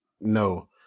No